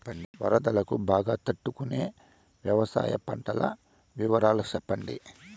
వరదలకు బాగా తట్టు కొనే వ్యవసాయ పంటల వివరాలు చెప్పండి?